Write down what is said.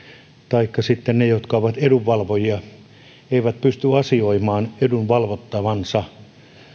taikka sitten ne jotka ovat edunvalvojia eivät pysty asioimaan edunvalvottavansa